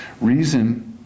reason